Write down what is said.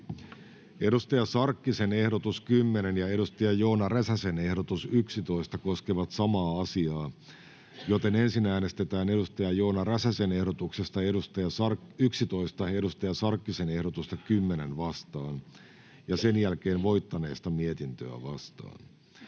Saara Hyrkön ehdotus 36 ja Hanna Sarkkisen ehdotus 37 koskevat samaa asiaa, joten ensin äänestetään Hanna Sarkkisen ehdotuksesta 37 Saara Hyrkön ehdotusta 36 vastaan ja sen jälkeen voittaneesta mietintöä vastaan.